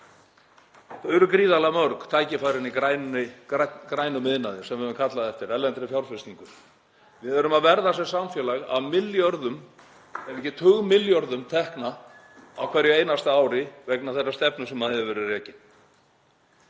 Þau eru gríðarlega mörg tækifærin í grænum iðnaði þar sem við höfum kallað eftir erlendri fjárfestingu. Við erum að verða sem samfélag af milljörðum ef ekki tugmilljörðum í tekjur á hverju einasta ári vegna þeirrar stefnu sem hefur verið rekin.